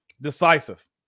decisive